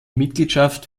mitgliedschaft